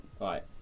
Right